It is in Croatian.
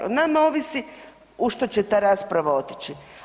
O nama ovisi u što će ta rasprava otići.